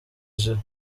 giroud